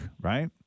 right